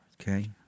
Okay